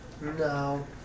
No